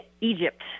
Egypt